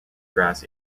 grass